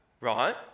right